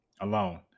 alone